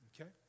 Okay